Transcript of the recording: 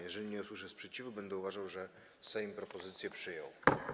Jeżeli nie usłyszę sprzeciwu, będę uważał, że Sejm propozycję przyjął.